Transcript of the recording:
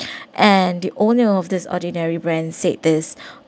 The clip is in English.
and the owner of this ordinary brand said this